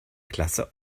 klasse